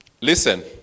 Listen